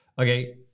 okay